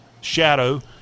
shadow